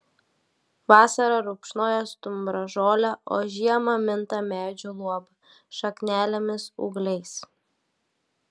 vasarą rupšnoja stumbražolę o žiemą minta medžių luoba šaknelėmis ūgliais